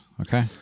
okay